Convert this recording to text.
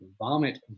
vomit